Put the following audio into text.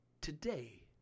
Today